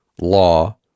law